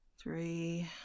Three